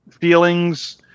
feelings